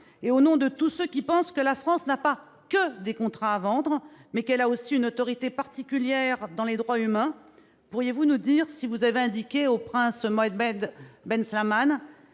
et au nom de tous ceux qui pensent que la France n'a pas que des contrats à vendre, mais qu'elle a aussi une autorité particulière à faire valoir en matière de droits humains, pourriez-vous nous dire si vous avez indiqué au prince Mohammed ben Salmane